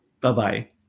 Bye-bye